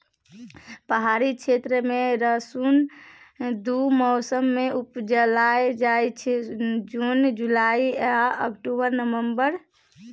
पहाड़ी क्षेत्र मे रसुन दु मौसम मे उपजाएल जाइ छै जुन जुलाई आ अक्टूबर नवंबर